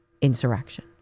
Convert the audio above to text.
insurrection